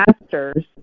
Masters